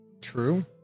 true